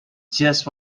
just